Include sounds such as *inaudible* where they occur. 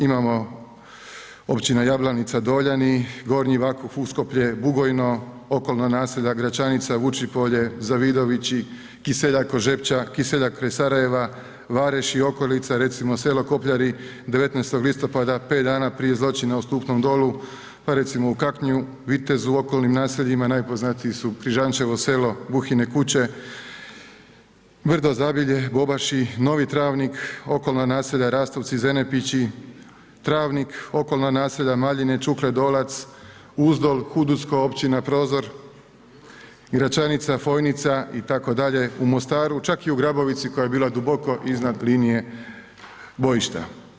Imamo općina Jablanica, Doljani, Gornji Vakuf, Uskoplje, Bugojno, okolna naselja, Gračanica, Vučipolje, Zavidovići, Kiseljak kod Žepča, Kiseljak kraj Sarajeva, Vareš i okolica, recimo, selo Kopljari, 19. listopada, 5 dana prije zločina u Stupnom Dolu, pa recimo, u Kaknju, Vitezu, okolnim naseljima, najpoznatiji su Križančevo selo, Buhine Kuće, ... *unintelligible* Novi Travnik, okolna naselja, Rastovci, Zenepići, Travnik, okolna naselja, Maljine, Čukle, Dolac, Uzdol, ... *unintelligible* općina Prozor, Gračanica, Fojnica, itd., u Mostaru, čak i u Grabovici, koja je bila duboko iznad linije bojišta.